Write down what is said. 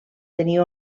tenir